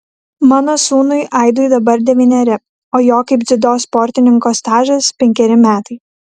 mano sūnui aidui dabar devyneri o jo kaip dziudo sportininko stažas penkeri metai